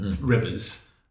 rivers